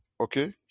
okay